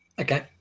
Okay